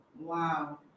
wow